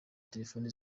telefone